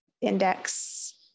index